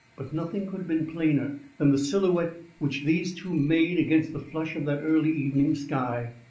but nothing could have been plainer than the silhouette which these two made against the flush of that early evening sky.